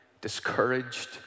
discouraged